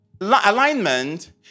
Alignment